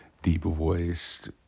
deep-voiced